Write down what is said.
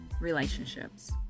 relationships